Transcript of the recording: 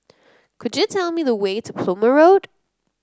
could you tell me the way to Plumer Road